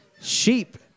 Sheep